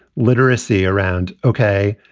literacy around. okay.